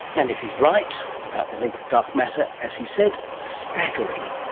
and if he's right about the link with dark matter, as he said, staggering.